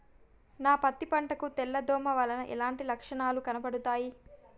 నా పత్తి పంట కు తెల్ల దోమ వలన ఎలాంటి లక్షణాలు కనబడుతాయి?